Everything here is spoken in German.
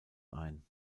ein